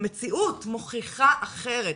מוכיחה אחרת.